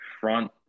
front